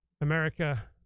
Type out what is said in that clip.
America